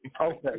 Okay